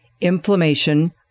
Inflammation